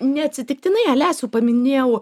neatsitiktinai alesių paminėjau